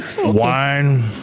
Wine